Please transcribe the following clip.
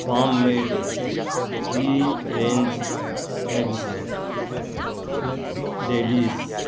farm made free range eggs daddies